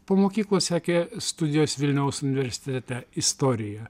po mokyklos sekė studijos vilniaus universitete istorija